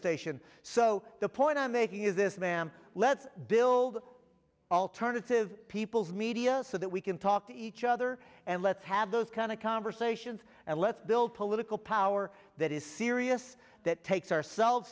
station so the point i'm making is this ma'am let's build alternative people's media so that we can talk to each other and let's have those kind of conversations and let's build political power that is serious that takes ourselves